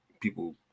people